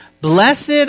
blessed